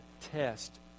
test